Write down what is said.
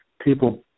people